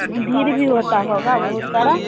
भीड़ भी होती होगी बहुत सारी